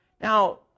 Now